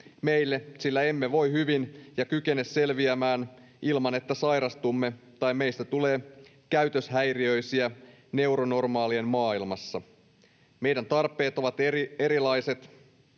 meille, sillä emme voi hyvin ja kykene selviämään ilman, että sairastumme tai meistä tulee käytöshäiriöisiä neuronormaalien maailmassa. Meidän tarpeet ovat erilaiset.